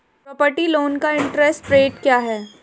Property loan का interest rate क्या है?